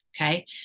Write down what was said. okay